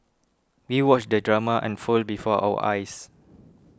we watched the drama unfold before our eyes